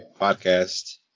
podcast